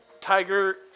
tiger-